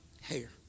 Hair